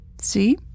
See